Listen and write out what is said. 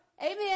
Amen